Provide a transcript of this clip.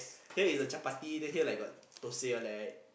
here is the chapati then here got thosai all that